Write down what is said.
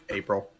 april